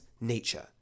nature